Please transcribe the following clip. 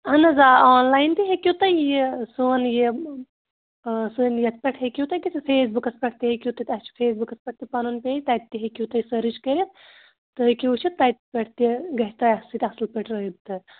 اہن حظ آ آن لایَن تہِ ہیٚکِو تُہۍ یہِ سون یہِ سٲنۍ یتھ پٮ۪ٹھ ہیٚکِو تُہۍ گٔژھِتھ فیس بُکَس پٮ۪ٹھ تہِ ہیٚکِو تُہۍ تہٕ اَسہِ چھِ فیس بُکَس پٮ۪ٹھ تہِ پنُن پیج تَتہِ تہِ ہیٚکِو تُہۍ سٔرٕچ کٔرِتھ تُہۍ ہیٚکِو وٕچھِتھ تَتہِ پٮ۪ٹھ تہِ گژھِ تۄہہِ اَسہِ سۭتۍ اَصٕل پٲٹھۍ رٲبطہٕ